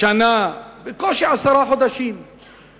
שנה, בקושי עשרה חודשים או